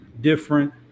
different